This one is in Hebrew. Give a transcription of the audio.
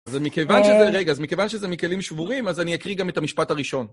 אז מכיוון שזה... רגע, אז מכיוון שזה מכלים שבורים, אז אני אקריא גם את המשפט הראשון.